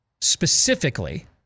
specifically